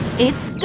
it's